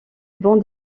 banc